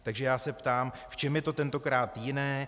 Takže se ptám: V čem je to tentokrát jiné?